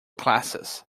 classes